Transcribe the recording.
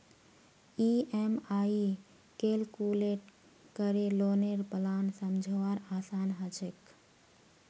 EMI calculate करे लौनेर plan समझवार आसान ह छेक